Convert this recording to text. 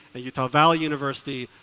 the utah valley university,